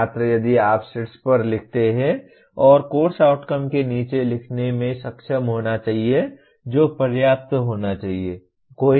छात्र यदि आप शीर्ष पर लिखते हैं और कोर्स आउटकम के नीचे लिखने में सक्षम होना चाहिए जो पर्याप्त होना चाहिए